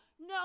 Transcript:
No